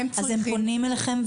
אז הם פונים אליכם,